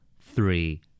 three